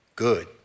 good